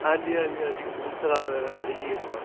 ਹਾਂਜੀ ਹਾਂਜੀ ਹਾਂਜੀ ਕਪੂਰਥਲਾ ਰਹਿੰਦੇ ਜੀ ਆਪਾਂ